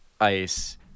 ice